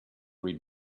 read